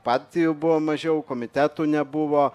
partijų buvo mažiau komitetų nebuvo